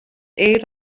aid